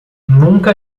nunca